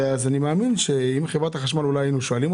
אני רוצה לשמוע את חברת החשמל.